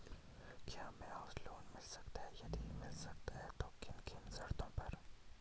क्या हमें house loan मिल सकता है यदि मिल सकता है तो किन किन शर्तों पर?